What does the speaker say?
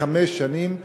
לחמש שנים.